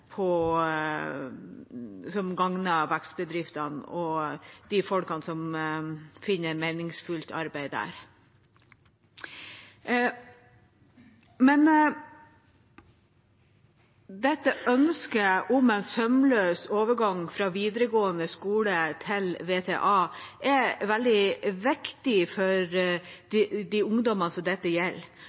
løsninger som gagner vekstbedriftene og de folkene som finner meningsfylt arbeid der. Dette ønsket om en sømløs overgang fra videregående skole til VTA er veldig viktig for de ungdommene dette gjelder.